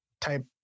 Type